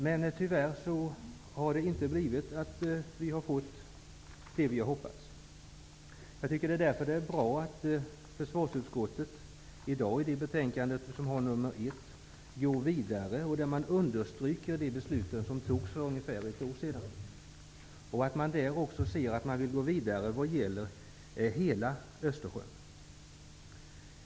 Men tyvärr har vi inte fått det vi har hoppats på. Jag tycker därför att det är bra att försvarsutskottet i dagens betänkande FöU1 går vidare. Utskottet understryker de beslut som fattades för ungefär ett år sedan. Utskottet vill gå vidare vad gäller hela Östersjön.